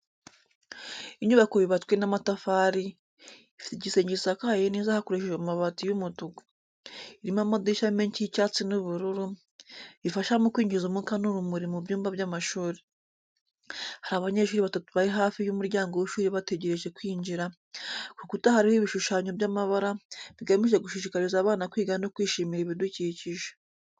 Inyubako yubatswe n’amatafari, ifite igisenge gisakaye neza hakoreshejwe amabati y'umutuku. Irimo amadirishya menshi y’icyatsi n’ubururu, bifasha mu kwinjiza umwuka n’urumuri mu byumba by’amashuri. Hari abanyeshuri batatu bari hafi y’umuryango w’ishuri bategereje kwinjira, ku rukuta hariho ibishushanyo by’amabara, bigamije gushishikariza abana kwiga no kwishimira ibidukikije.